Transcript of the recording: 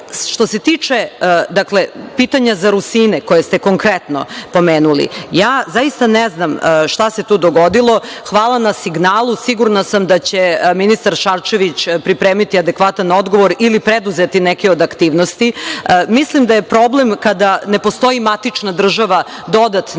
se tiče pitanja za Rusine, koje ste konkretno pomenuli, zaista ne znam šta se tu dogodilo. Hvala na signalu. Sigurno sam da će ministar Šarčević pripremiti adekvatan odgovor ili preduzeti neke od aktivnosti. Mislim da je problem kada ne postoji matična država dodatni,